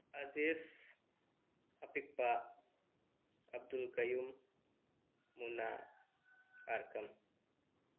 ꯑꯖꯤꯁ ꯑꯄꯤꯛꯄ ꯑꯕꯗꯨꯜ ꯀꯩꯌꯨꯝ ꯃꯨꯅꯥ ꯑꯥꯔꯀꯝ